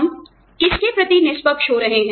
हम किसके प्रति निष्पक्ष हो रहे हैं